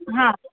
हां